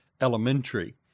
elementary